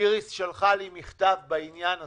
איריס שלחה לי מכתב בעניין הזה.